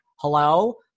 hello